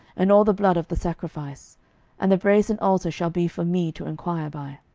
and all the blood of the sacrifice and the brasen altar shall be for me to enquire by.